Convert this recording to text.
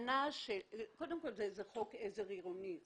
קודם כל, זה חוק עזר עירוני.